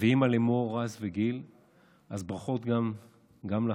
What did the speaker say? ואימא למור, רז וגיל, אז ברכות גם לכם.